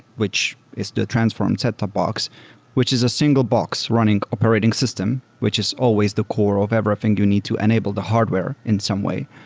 which is the transform set top box which is a single box running operating system, which is always the core of everything you need to enable the hardware in some way.